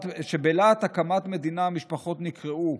שבלהט הקמת המדינה משפחות נקרעו,